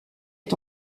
est